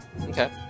Okay